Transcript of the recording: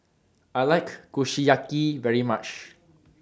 I like Kushiyaki very much